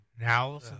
Now